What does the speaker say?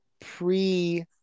pre